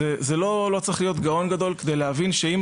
לא צריך להיות גאון גדול כדי להבין שאם